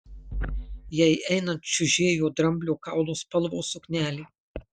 jai einant čiužėjo dramblio kaulo spalvos suknelė